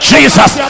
Jesus